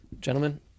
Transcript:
Gentlemen